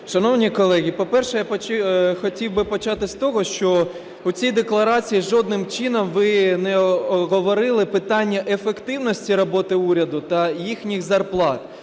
Шановні колеги, по-перше, я хотів би почати з того, що у цій декларації жодним чином ви не оговорили питання ефективності роботи уряду та їхніх зарплат.